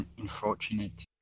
unfortunate